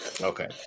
Okay